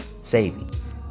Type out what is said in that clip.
Savings